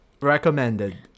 recommended